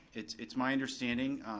it's it's my understanding,